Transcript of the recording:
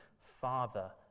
Father